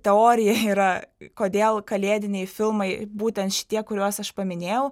teorija yra kodėl kalėdiniai filmai būtent šitie kuriuos aš paminėjau